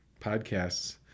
podcasts